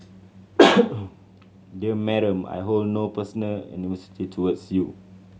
dear Madam I hold no personal animosity towards you